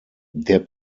der